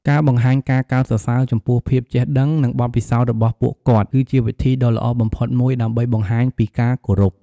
ការបង្ហាញការកោតសរសើរចំពោះភាពចេះដឹង និងបទពិសោធន៍របស់ពួកគាត់ គឺជាវិធីដ៏ល្អបំផុតមួយដើម្បីបង្ហាញពីការគោរព។